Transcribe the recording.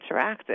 interactive